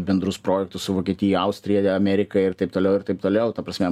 bendrus projektus su vokietija austrija amerika ir taip toliau ir taip toliau ta prasme